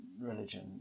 religion